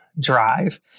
drive